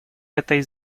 этой